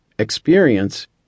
Experience